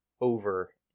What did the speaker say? over